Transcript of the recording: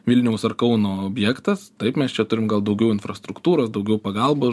vilniaus ar kauno objektas taip mes čia turim gal daugiau infrastruktūros daugiau pagalbos